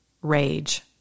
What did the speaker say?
rage